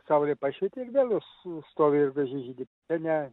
saulė pašvietė ir vėl jos stovi ir gražiai žydi ne